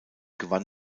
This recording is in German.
gewann